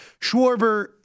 Schwarber